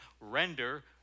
render